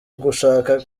ugushaka